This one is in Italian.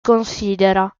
considera